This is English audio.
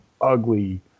ugly